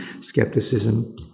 skepticism